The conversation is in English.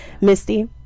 Misty